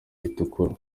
ritukura